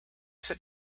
sit